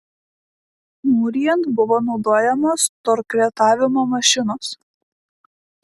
mūrijant buvo naudojamos torkretavimo mašinos